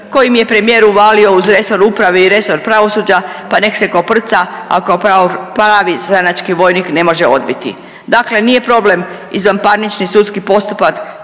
kojem je premijer uvalio uz resor uprave i resor pravosuđa pa nek se koprca ako kao pravi stranački vojnik ne može odbiti. Dakle, nije problem izvanparnični sudski postupak